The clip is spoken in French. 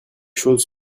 choses